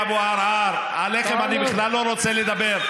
אבו עראר, עליכם אני בכלל לא רוצה לדבר.